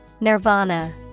Nirvana